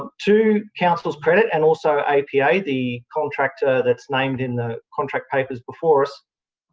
um to council's credit, and also apa, the contractor that's named in the contract papers before us,